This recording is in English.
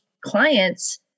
clients